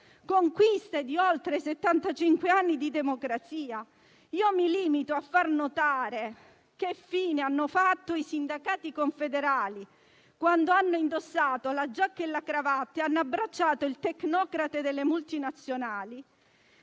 (conquiste di oltre settantacinque anni di democrazia), io mi limito a far notare che fine hanno fatto i sindacati confederali quando hanno indossato la giacca e la cravatta e hanno abbracciato il tecnocrate delle multinazionali: